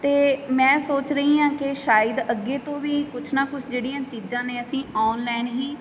ਅਤੇ ਮੈਂ ਸੋਚ ਰਹੀ ਹਾਂ ਕਿ ਸ਼ਾਇਦ ਅੱਗੇ ਤੋਂ ਵੀ ਕੁਛ ਨਾ ਕੁਛ ਜਿਹੜੀਆਂ ਚੀਜ਼ਾਂ ਨੇ ਅਸੀਂ ਆਨਲਾਈਨ ਹੀ